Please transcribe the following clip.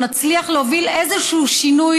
נצליח להוביל איזשהו שינוי,